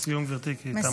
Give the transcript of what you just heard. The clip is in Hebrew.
לסיום, גברתי, כי תם הזמן.